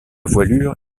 voilure